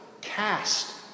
cast